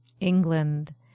England